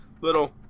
Little